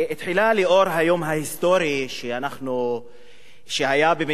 לאור היום ההיסטורי שהיה במצרים,